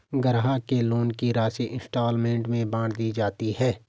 ग्राहक के लोन की राशि इंस्टॉल्मेंट में बाँट दी जाती है